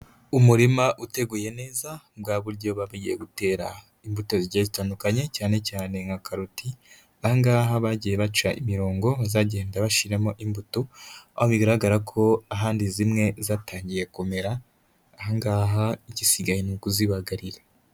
Umurima uteguye neza, bwa buryo baba bagiye gutera imbuto zigiye zitandukanye, cyane cyane nka karoti, aha ngaha bagiye baca imirongo bazagenda bashyiramo imbuto, aho bigaragara ko ahandi zimwe zatangiye kumera, aha ngaha igisigaye ni ukuzibagarira.